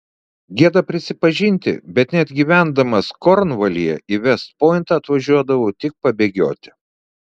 gėda prisipažinti bet net gyvendamas kornvalyje į vest pointą atvažiuodavau tik pabėgioti